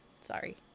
Sorry